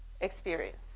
experience